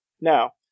Now